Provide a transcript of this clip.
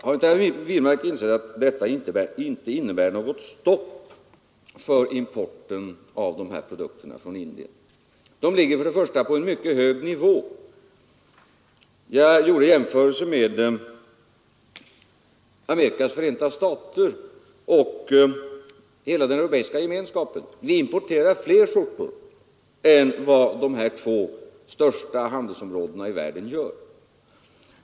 Har inte herr Wirmark insett att detta inte innebär något stopp för importen av sådana produkter från Indien? För det första ligger denna på en mycket hög nivå. Jag har gjort en Nr 70 jämförelse med Förenta staterna och hela den europeiska gemenskapen Fredagen den och funnit att vi importerar fler skjortor än vad dessa de största 13 april 1973 handelsområdena i världen gör.